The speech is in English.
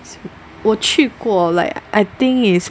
我去过 like I think is